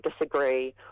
disagree